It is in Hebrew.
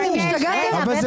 סליחה, תודה.